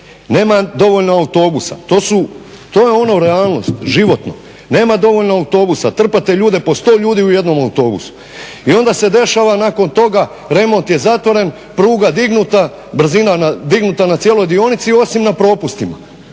Nema dovoljno autobusa, to su, to je ono realnost, životno. Nema dovoljno autobusa, trpate ljude, po sto ljudi u jednom autobusu. I onda se dešava nakon toga remont je zatvoren, pruga dignuta, brzina dignuta na cijeloj dionici osim na propustima,